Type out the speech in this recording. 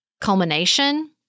culmination